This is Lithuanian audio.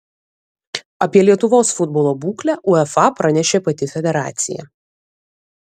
apie lietuvos futbolo būklę uefa pranešė pati federacija